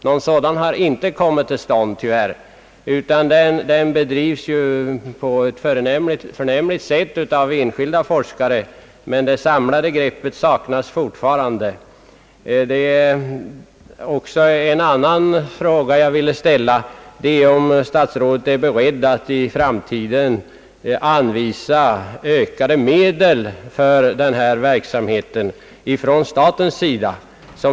Någon sådan har tyvärr inte kommit till stånd, utan forskningen bedrivs på ett förnämligt sätt av enskilda forskare, men det samlande greppet saknas alltjämt. Det är också en annan fråga jag ville ställa: Är statsrådet beredd att i framtiden anvisa ökade medel till denna verksamhet från statens sida?